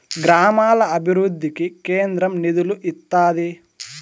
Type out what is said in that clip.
గ్రామాల అభివృద్ధికి కేంద్రం నిధులు ఇత్తాది